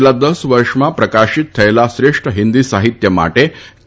છેલ્લા દસ વર્ષમાં પ્રકાશિત થયેલા શ્રેષ્ઠ હિન્દી સાહિત્ય માટે કે